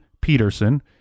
Peterson